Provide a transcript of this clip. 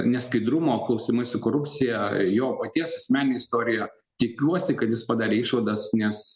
neskaidrumo klausimais su korupcija jo paties asmenine istorija tikiuosi kad jis padarė išvadas nes